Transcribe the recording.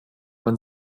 man